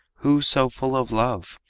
who so full of love?